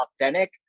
authentic